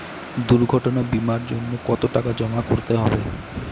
দুর্ঘটনা বিমার জন্য কত টাকা জমা করতে হবে?